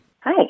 Hi